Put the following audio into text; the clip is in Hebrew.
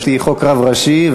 חוק רב ראשי,